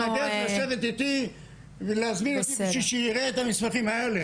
צריך לשבת איתי בשביל לראות את המסמכים האלה.